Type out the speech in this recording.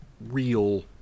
real